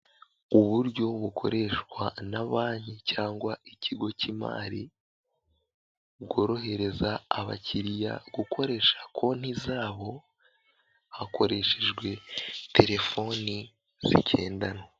Uburyo bukoreshwa na banki cyangwa ikigo cy'imari, bworohereza abakiriya gukoresha konti zabo, hakoreshejwe terefoni zigendanwa.